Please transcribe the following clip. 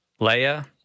Leia—